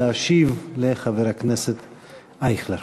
להשיב לחבר הכנסת אייכלר.